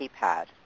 keypad